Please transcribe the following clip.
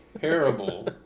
terrible